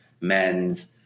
men's